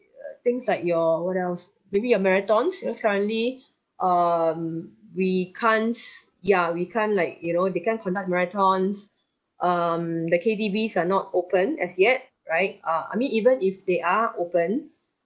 uh things like your what else maybe your marathons because currently um we can't ya we can't like you know they can't conduct marathons um the K_T_Vs are not open as yet right uh I mean even if they are open